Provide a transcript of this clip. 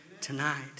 tonight